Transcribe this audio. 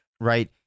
right